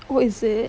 oh is it